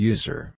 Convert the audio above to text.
User